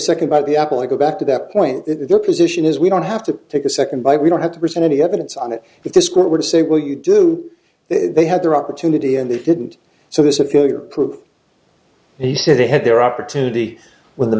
second about the apple to go back to that point their position is we don't have to take a second bite we don't have to present any evidence on it if this court were to say well you do they have the opportunity and they didn't so there's a failure proof he said they had their opportunity when the